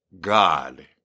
God